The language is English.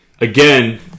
again